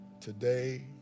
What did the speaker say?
today